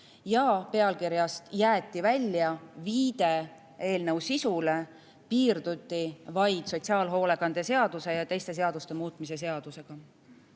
Pealkirjast jäeti välja viide eelnõu sisule, piirduti vaid [sõnadega] sotsiaalhoolekande seaduse ja teiste seaduste muutmise seadus.